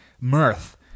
mirth